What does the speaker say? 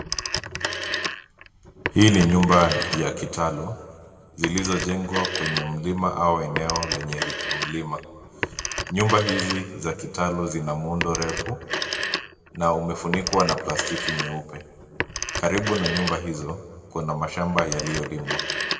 Hii ni nyumba ya Kitaro, zilizojengwa kwenye mlima au eneo lenye mlima. Nyumba hizi za kitaro zina muundo refu na umefunikwa na plastiki nyeupe. Karibu na nyumba hizo kuna mashamba yaliyolimwa.